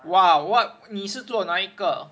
!wow! what 你是做哪一个